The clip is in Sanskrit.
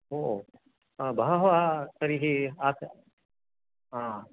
ओ बहवः तर्हि आसन् आ